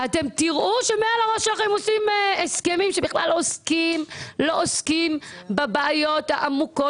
אתם תראו שמעל הראש שלכם עושים הסכמים שבכלל לא עוסקים בבעיות העמוקות